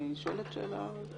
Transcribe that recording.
אני שואלת שאלה.